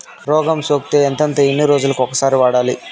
రోగం సోకితే ఎంతెంత ఎన్ని రోజులు కొక సారి వాడాలి?